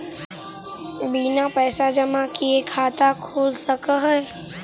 बिना पैसा जमा किए खाता खुल सक है?